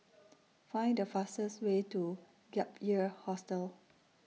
Find The fastest Way to Gap Year Hostel